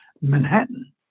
Manhattan